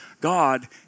God